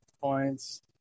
points